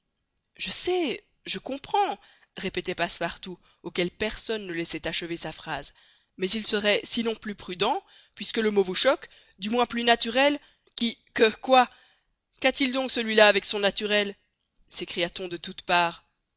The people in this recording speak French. je sais je comprends répétait passepartout auquel personne ne laissait achever sa phrase mais il serait sinon plus prudent puisque le mot vous choque du moins plus naturel qui que quoi qu'a-t-il donc celui-là avec son naturel s'écria-t-on de toutes parts